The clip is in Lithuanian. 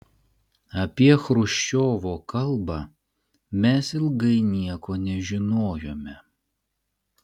apie chruščiovo kalbą mes ilgai nieko nežinojome